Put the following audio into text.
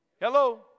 Hello